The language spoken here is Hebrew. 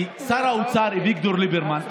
כי שר האוצר אביגדור ליברמן,